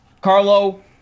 Carlo